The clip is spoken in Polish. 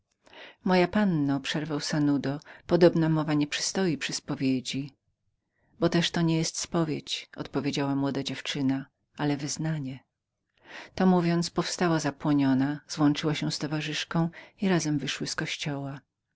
mościa panno przerwał sanudo podobna mowa nie przystoi przy spowiedzi bo też to nie jest spowiedź odpowiedziała młoda dziewczyna ale wyznanie to mówiąc powstała zapłoniona złączyła się z towarzyszką i razem wyszły z kościoła